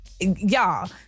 Y'all